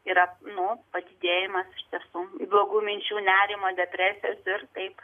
yra nu padidėjimas iš tiesų blogų minčių nerimo depresijos ir taip